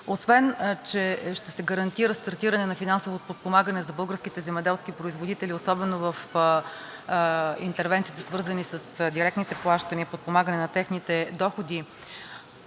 Освен че ще се гарантира стартиране на финансово подпомагане за българските земеделски производители, особено в интервенциите, свързани с директните плащания и подпомагане на техните доходи,